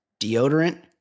Deodorant